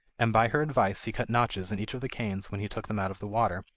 and by her advice he cut notches in each of the canes when he took them out of the water,